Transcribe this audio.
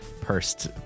pursed